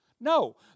No